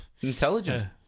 intelligent